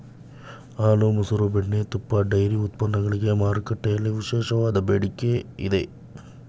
ಹಾಲು, ಮಸರು, ಬೆಣ್ಣೆ, ತುಪ್ಪ, ಡೈರಿ ಉತ್ಪನ್ನಗಳಿಗೆ ಮಾರುಕಟ್ಟೆಯಲ್ಲಿ ವಿಶೇಷವಾದ ಬೇಡಿಕೆ ಇದೆ